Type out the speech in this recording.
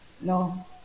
No